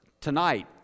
tonight